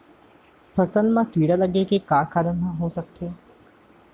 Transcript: फसल म कीड़ा लगे के का का कारण ह हो सकथे?